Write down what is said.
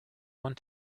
want